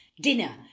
dinner